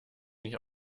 nicht